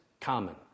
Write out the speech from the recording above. common